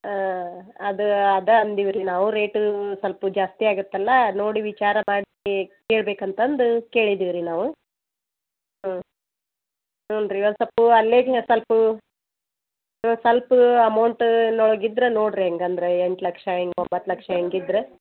ಹಾಂ ಅದು ಅದೆ ಅಂದಿವ್ರಿ ನಾವು ರೇಟು ಸ್ವಲ್ಪ್ ಜಾಸ್ತಿ ಆಗುತ್ತಲ್ಲ ನೋಡಿ ವಿಚಾರ ಮಾಡಿ ಕೇಳ್ಬೇಕು ಅಂತಂದು ಕೇಳಿದೀವಿ ರೀ ನಾವು ಹ್ಞೂ ಹ್ಞೂ ರೀ ಒನ್ ಸ್ವಲ್ಪ ಅಲ್ಲೆಗೆ ಸ್ವಲ್ಪ ಒನ್ ಸ್ವಲ್ಪ್ ಅಮೌಂಟಿನೊಳಗಿದ್ರ್ ನೋಡ್ರಿ ಹಂಗಂದ್ರೆ ಎಂಟು ಲಕ್ಷ ಹಂಗ್ ಒಂಬತ್ತು ಲಕ್ಷ ಹಂಗಿದ್ರ